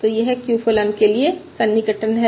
तो यह q फलन के लिए सन्निकटन है